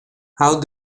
how